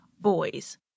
boys